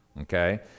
Okay